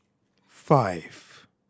five